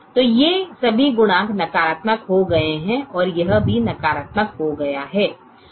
तो ये सभी गुणांक नकारात्मक हो गए हैं और यह भी नकारात्मक हो गया है